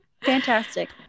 fantastic